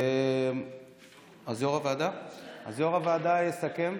אז יו"ר הוועדה יסכם.